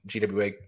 GWA